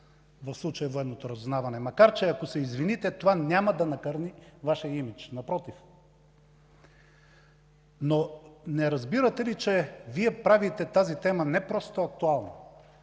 в случая „Военно разузнаване”. Макар че ако се извините, това няма да накърни Вашия имидж. Напротив. Но не разбирате ли, че Вие правите тази тема не просто актуална.